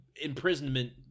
imprisonment